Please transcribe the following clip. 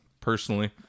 personally